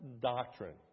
doctrine